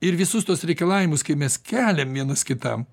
ir visus tuos reikalavimus kai mes keliam vienas kitam